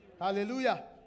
hallelujah